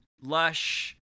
lush